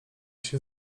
się